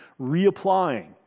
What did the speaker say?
reapplying